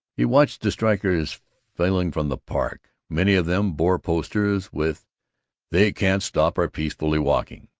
he watched the strikers filing from the park. many of them bore posters with they can't stop our peacefully walking.